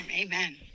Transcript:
amen